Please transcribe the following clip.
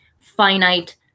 finite